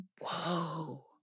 whoa